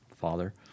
father